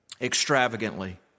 Extravagantly